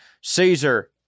Caesar